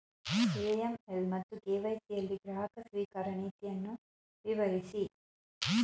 AML ಮತ್ತು KYC ಯಲ್ಲಿ ಗ್ರಾಹಕ ಸ್ವೀಕಾರ ನೀತಿಯನ್ನು ವಿವರಿಸಿ?